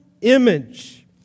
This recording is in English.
image